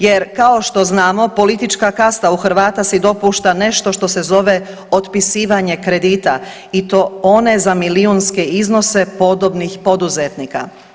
Jer, kao što znamo, politička kasta u Hrvata si dopušta nešto što se zove otpisivanje kredita i to one za milijunske iznose podobnih poduzetnika.